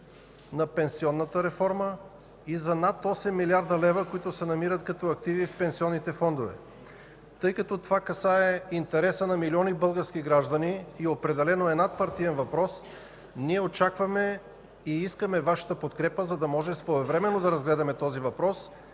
на пенсионната реформа и за над 8 млрд. лв., които се намират като активи в пенсионните фондове. Тъй като това касае интереса на милиони български граждани и определено е надпартиен въпрос, ние очакваме и искаме Вашата подкрепа, за да може своевременно да разгледаме този въпрос